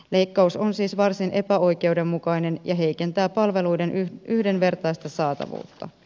leikkaus on siis varsin epäoikeudenmukainen ja heikentää palveluiden yhdenvertaista saatavuutta